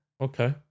Okay